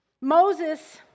Moses